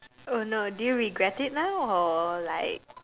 oh no do you regret it now or like